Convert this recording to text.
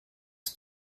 ist